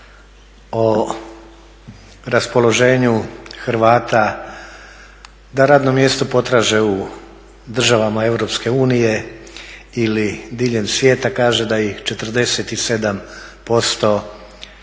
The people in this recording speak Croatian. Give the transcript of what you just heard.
o raspoloženju Hrvata, da radno mjesto potraže u državama Europske unije ili diljem svijeta, kaže da ih 47%